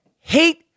hate